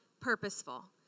purposeful